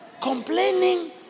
complaining